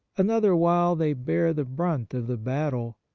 another while they bear the brunt of the battle,